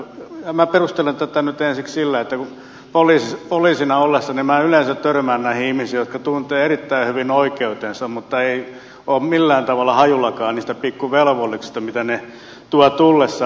ja minä perustelen tätä nyt ensiksi sillä että poliisina ollessa minä yleensä törmään näihin ihmisiin jotka tuntevat erittäin hyvin oikeutensa mutta eivät ole millään tavalla hajullakaan niistä pikku velvollisuuksista mitä ne tuovat tullessaan